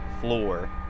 floor